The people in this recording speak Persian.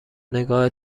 نگاه